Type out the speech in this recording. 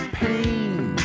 pain